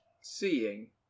seeing